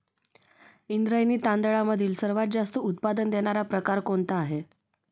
इंद्रायणी तांदळामधील सर्वात जास्त उत्पादन देणारा प्रकार कोणता आहे?